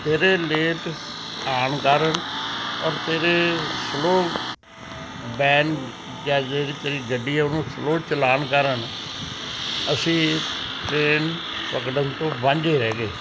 ਤੇਰੇ ਲੇਟ ਆਉਣ ਕਾਰਨ ਔਰ ਤੇਰੇ ਸਲੋਅ ਵੈਨ ਜਾਂ ਜਿਹੜੀ ਤੇਰੀ ਗੱਡੀ ਹੈ ਉਹ ਨੂੰ ਸਲੋਅ ਚਲਾਉਣ ਕਾਰਨ ਅਸੀਂ ਟਰੇਨ ਪਕੜਨ ਤੋਂ ਵਾਂਝੇ ਰਹਿ ਗਏ